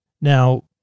Now